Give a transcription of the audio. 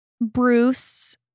Bruce